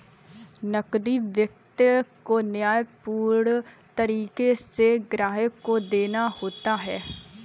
नकदी वित्त को न्यायपूर्ण तरीके से ग्राहक को देना होता है